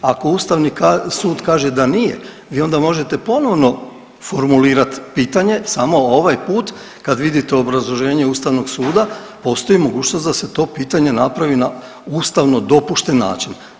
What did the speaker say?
Ako Ustavni sud kaže da nije vi onda možete ponovno formulirat pitanje samo ovaj put kad vidite obrazloženje Ustavnog suda postoji mogućnost da se to pitanje napravi na ustavno dopušten način.